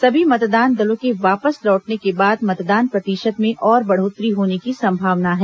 सभी मतदान दलों के वापस लौटने के बाद मतदान प्रतिशत में और बढ़ोत्तरी होने की संभावना है